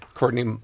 Courtney